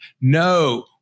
No